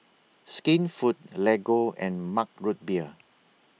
Skinfood Lego and Mug Root Beer